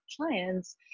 clients